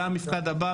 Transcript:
לקראת המפקד הבא,